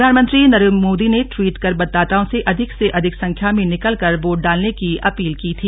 प्रधानमंत्री नरेंद्र मोदी ने ट्वीट कर मतदाताओं से अधिक से अधिक संख्या में निकलकर वोट डालने की अपील की थी